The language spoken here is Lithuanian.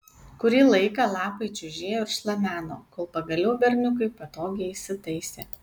kurį laiką lapai čiužėjo ir šlameno kol pagaliau berniukai patogiai įsitaisė